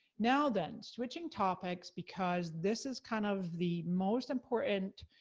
now then, switching topics, because this is kind of the most important